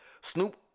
Snoop